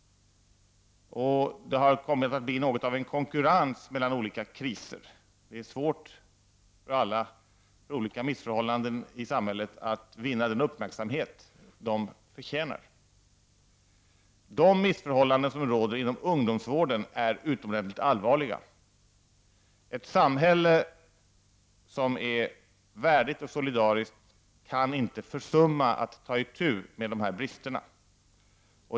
Det har kommit att bli något av en konkurrens mellan olika kriser. Det är svårt för alla de olika missförhållandena i samhället att vinna den uppmärksamhet de förtjänar. De missförhållanden som råder inom ungdomsvården är oerhört allvarliga. Ett samhälle som är värdigt och solidariskt kan inte försumma att ta itu med dessa brister.